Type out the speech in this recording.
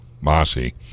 Mossy